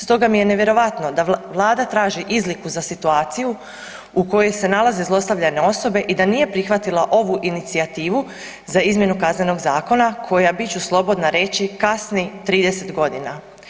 Stoga mi je nevjerovatno da Vlada traži izliku za situaciju u kojoj se nalaze zlostavljane osobe i da nije prihvatila ovu inicijativu za izmjenu Kaznenog zakona, koja, bit ću slobodna reći, kasni 30 godina.